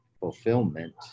fulfillment